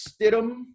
Stidham